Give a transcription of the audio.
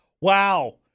wow